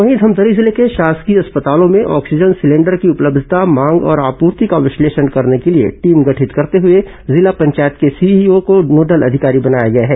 वहीं धमतरी जिले के शासकीय अस्पतालों में ऑक्सीजन सिलेंडर की उपलब्धता मांग और आपूर्ति का विश्लेषण करने के लिए टीम गठित करते हुए जिला पंचायत के सीईओ को नोडल अधिकारी बनाया गया है